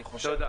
אני חושב,